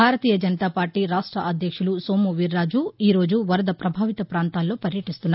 భారత జనతాపార్టీ రాష్ట్ర అధ్యక్షులు సోము వీరాజు ఈ రోజు వరద ప్రభావిత పాంతాల్లో పర్యటిస్తున్నారు